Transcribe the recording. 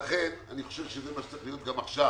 לכן אני חושב שזה מה שצריך להיות גם עכשיו